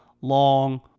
long